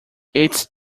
its